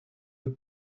the